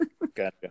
Gotcha